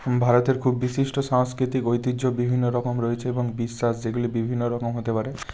ভারতের খুব বিশিষ্ট সাংস্কৃতিক ঐতিহ্য বিভিন্ন রকম রয়েছে এবং বিশ্বাস যেগুলি বিভিন্ন রকম হতে পারে